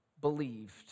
believed